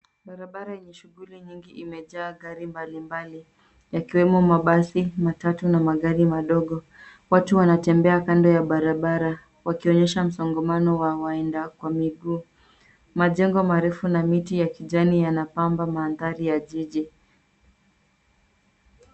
Barabara yenye shuguli nyingi imejaa gari mbalimbali yakiwemo mabasi, matatu na magari madogo. Watu wanatembea kando ya barabara, wakionyesha msongamano wa waenda kwa miguu. Majengo marefu na miti ya kijani yanapamba mandhari ya jiji.